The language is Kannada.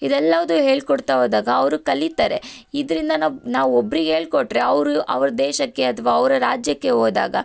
ಇದೆಲ್ಲದೂ ಹೇಳಿಕೊಡ್ತಾ ಹೋದಾಗ ಅವರು ಕಲೀತಾರೆ ಇದರಿಂದ ನಾವು ನಾವು ಒಬ್ರಿಗೆ ಹೇಳ್ಕೊಟ್ರೆ ಅವರು ಅವ್ರ ದೇಶಕ್ಕೆ ಅಥ್ವಾ ಅವರ ರಾಜ್ಯಕ್ಕೆ ಹೋದಾಗ